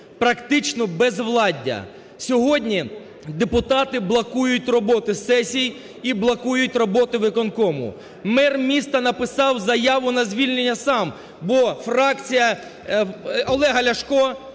Практично безвладдя. Сьогодні депутати блокують роботу сесії і блокують роботу виконкому. Мер міста написав заяву на звільнення сам, бо фракція Олега Ляшка